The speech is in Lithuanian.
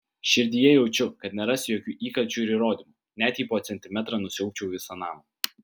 širdyje jaučiu kad nerasiu jokių įkalčių ir įrodymų net jei po centimetrą nusiaubčiau visą namą